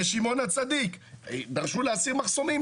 בשמעון הצדיק דרשו להסיר מחסומים,